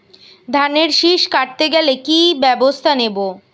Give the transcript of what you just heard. ধানের শিষ কাটতে দেখালে কি ব্যবস্থা নেব?